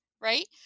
right